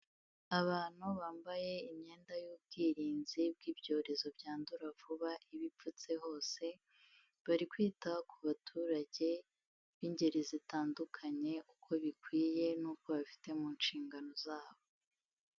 Abantu bambaye imyenda y'ubwirinzi bw'ibyorezo byandura vuba iba ipfutse hose, bari kwita ku baturage b'ingeri zitandukanye uko bikwiye n'uko babifite mu nshingano zabo.